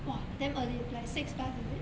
!wah! damn early like six plus is it